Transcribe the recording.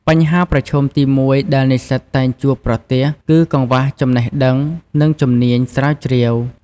បញ្ហាប្រឈមទីមួយដែលនិស្សិតតែងជួបប្រទះ គឺកង្វះចំណេះដឹង និងជំនាញស្រាវជ្រាវ។